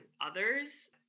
others